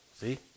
See